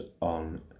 on